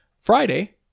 Friday